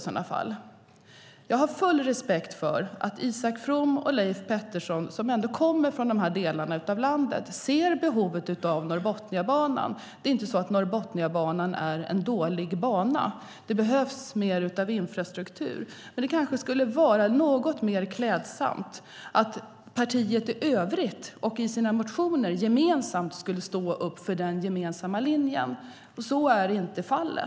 Jag har full respekt för att Isak From och Leif Pettersson, som kommer från dessa delar av landet, ser behovet av Norrbotniabanan. Det är inte så att Norrbotniabanan är en dålig bana. Det behövs mer infrastruktur. Det kanske skulle vara något mer klädsamt att partiet i övrigt och i sina motioner gemensamt skulle stå upp för den gemensamma linjen. Så är inte fallet.